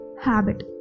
habit